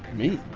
me?